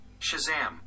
Shazam